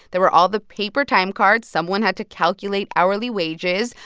there were all the paper time cards. someone had to calculate hourly wages.